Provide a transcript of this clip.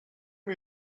une